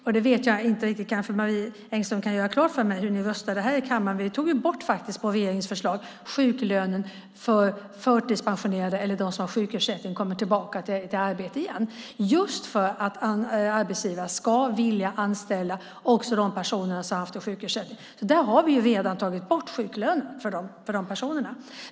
Jag vet inte riktigt hur ni röstade här i kammaren när det gäller den; det kanske Marie Engström kan göra klart för mig. På regeringens förslag tog vi bort sjuklönen för förtidspensionerade eller för dem som har sjukersättning och kommer tillbaka till arbete igen. Det gjorde vi just för att arbetsgivare ska vilja anställa också de personer som har haft sjukersättning. Vi har alltså redan tagit bort sjuklönen för de personerna.